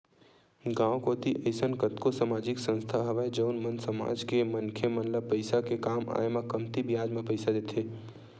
गाँव कोती अइसन कतको समाजिक संस्था हवय जउन मन समाज के मनखे मन ल पइसा के काम आय म कमती बियाज म पइसा देथे